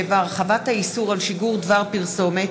67) (הרחבת האיסור על שידור דבר פרסומת),